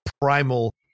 primal